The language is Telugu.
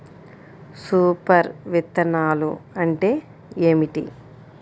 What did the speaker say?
సూపర్ విత్తనాలు అంటే ఏమిటి?